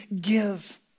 give